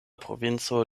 provinco